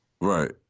Right